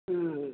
ହଁ